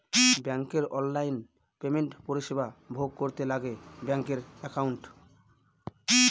ব্যাঙ্কের অনলাইন পেমেন্টের পরিষেবা ভোগ করতে লাগে ব্যাঙ্কের একাউন্ট